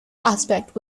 aspect